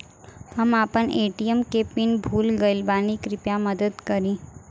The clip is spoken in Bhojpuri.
हम आपन ए.टी.एम के पीन भूल गइल बानी कृपया मदद करी